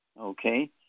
okay